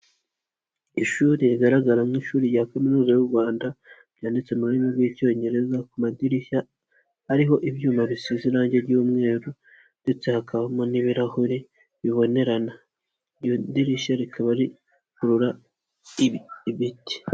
Ishuri rigaragara nk'ishuri rya Kaminuza y'u Rwanda, ryanditse mu rurimi rw'icyongereza ku madirishya, ariho ibyuma bisize irangi ry'umweru ndetse hakabamo n'ibirahure bibonerana, iryo dirishya rikaba rikururura ibiti.